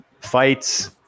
fights